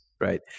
right